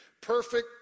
perfect